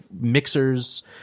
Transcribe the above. mixers